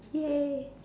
!yay!